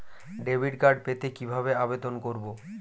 Debit card পেতে কিভাবে আবেদন করব?